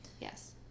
Yes